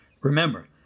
Remember